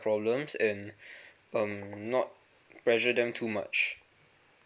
problems and um not pressure them too much